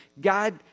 God